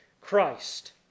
Christ